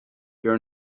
pure